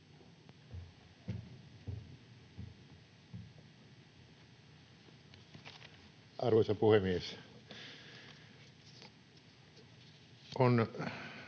Arvoisa puhemies! On